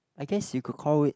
I guess you could call it